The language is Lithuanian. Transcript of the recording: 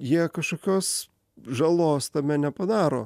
jie kažkokios žalos tame nepadaro